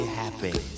happy